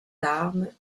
d’armes